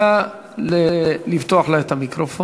נא לפתוח לה את המיקרופון.